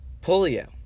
Polio